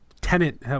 tenant